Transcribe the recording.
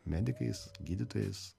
medikais gydytojais